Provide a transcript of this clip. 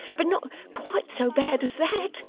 but not quite so bad as that.